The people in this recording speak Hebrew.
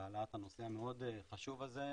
על העלאת הנושא המאוד חשוב הזה.